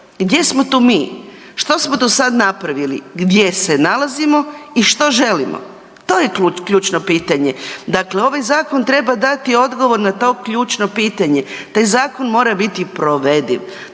gdje smo tu mi? Što smo do sad napravili? Gdje se nalazimo i što želimo? To je ključno pitanje. Dakle, ovaj zakon treba dati odgovor na to ključno pitanje, taj zakon mora biti provediv.